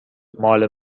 مال